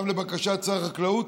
גם לבקשת שר החקלאות,